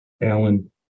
Alan